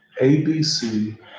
ABC